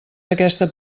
aquesta